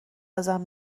ازم